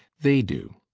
they do.